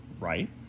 right